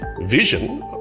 vision